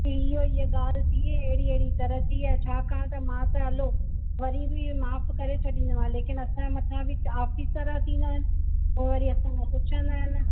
त इहो ईअं ॻाल्हि ईअं अहिड़ी अहिड़ी तरह त ईअं छाकाणि त मां त हलो वरी बि माफ़ करे छॾींदोमाव लेकिन असांजे मथा बि ऑफिसर थींदा आहिनि हो वरी असां खां पुछंदा आहिनि